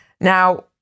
Now